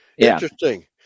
Interesting